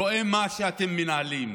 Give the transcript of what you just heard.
רואה מה שאתם מנהלים,